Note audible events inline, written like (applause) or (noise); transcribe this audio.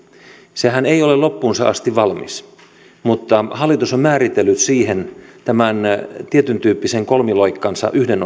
sehän ei ole loppuunsa asti valmis mutta hallitus on määritellyt siihen tietyntyyppisen kolmiloikkansa yhden (unintelligible)